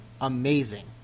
amazing